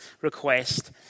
request